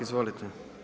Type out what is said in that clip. Izvolite.